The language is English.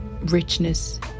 richness